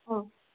अ